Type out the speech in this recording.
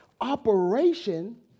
operation